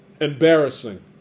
Embarrassing